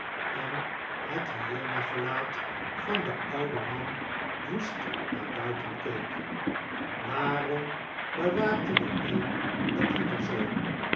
en het hyena gelaat van den ouden man woest naar buiten keek waarom bewaakte de een den ander zoo